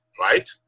right